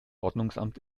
ordnungsamt